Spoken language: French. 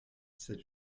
cette